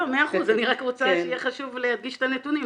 אני רק רוצה שיהיה חשוב להדגיש את הנתונים.